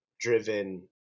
driven